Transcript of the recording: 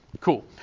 Cool